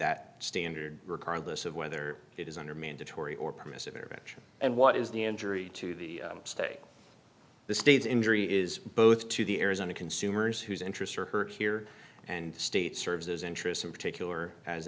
that standard regardless of whether it is under mandatory or permissive intervention and what is the injury to the state the state's injury is both to the arizona consumers whose interests are heard here and state serves as interest in particular as